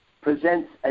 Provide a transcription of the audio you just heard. presents